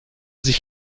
sich